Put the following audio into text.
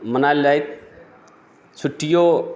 मनायल जाइत छुट्टियौ